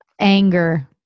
Anger